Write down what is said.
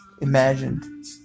imagined